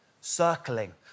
Circling